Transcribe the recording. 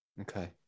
Okay